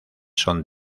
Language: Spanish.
son